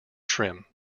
trim